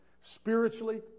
spiritually